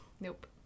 Nope